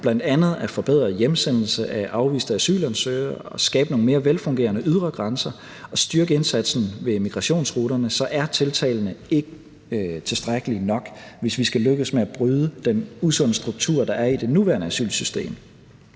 bl.a. at forbedre hjemsendelse af afviste asylansøgere og at skabe nogle mere velfungerende ydre grænser og styrke indsatsen ved migrationsruterne, så er tiltagene ikke tilstrækkelige nok, hvis vi skal lykkes med at bryde den usunde struktur, der er i det nuværende asylsystem.